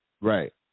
right